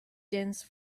dense